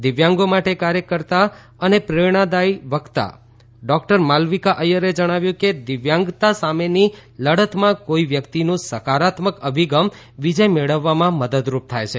દિવ્યાંગો માટે કાર્યકર્તા અને પ્રેરણાદીય વકતા ડોકટર માલવિકા અય્યરે જણાવ્યું કે દિવ્યાંગતા સામેની લડતમાં કોઇ વ્યક્તિનું સકારાત્મક અભિગમ વિજય મેળવવામાં મદદરૂપ થાય છે